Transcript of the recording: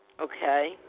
Okay